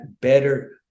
better